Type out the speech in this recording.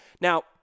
Now